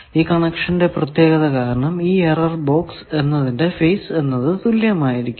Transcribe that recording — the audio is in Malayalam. ഈ കണക്ഷന്റെ പ്രത്യേകത കാരണം ഈ എറർ ബോക്സ് എന്നതിന്റെ ഫേസ് എന്നത് തുല്യമായിരിക്കും